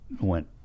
went